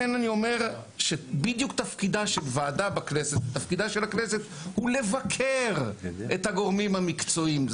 תפקידה של הכנסת הוא לבקר את הגורמים המקצועיים.